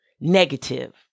negative